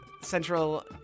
Central